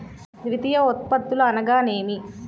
ద్వితీయ ఉత్పత్తులు అనగా నేమి?